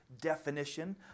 definition